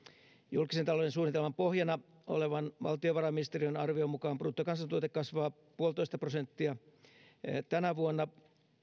julkisen talouden suunnitelman pohjana olevan valtiovarainministeriön arvion mukaan bruttokansantuote kasvaa yksi pilkku viisi prosenttia tänä vuonna